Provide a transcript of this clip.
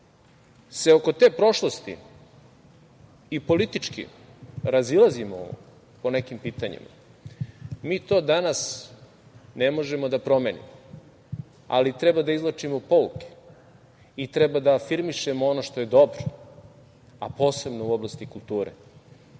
se oko te prošlosti i politički razilazimo po nekim pitanjima, mi to danas ne možemo da promenimo, ali treba da izvlačimo pouke i treba da afirmišemo ono što je dobro, a posebno u oblasti kulture